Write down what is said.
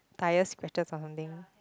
tire scratches or something